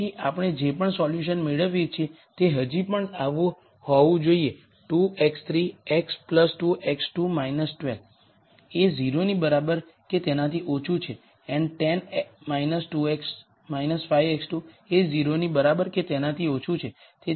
તેથી આપણે જે પણ સોલ્યુશન મેળવીએ છીએ તે હજી પણ આવા હોવું જોઈએ 2 x3 x 2 x2 12 એ 0ની બરાબર કે તેનાથી ઓછું છે and 10 2 x 5 x2 એ 0ની બરાબર કે તેનાથી ઓછું છે